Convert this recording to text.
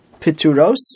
pituros